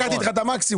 לקחתי איתך את המקסימום,